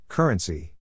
Currency